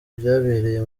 byabereye